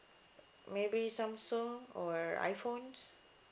maybe Samsung or iphones